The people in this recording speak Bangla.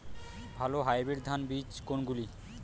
ভালো হাইব্রিড ধান বীজ কোনগুলি?